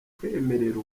kwemerera